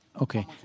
Okay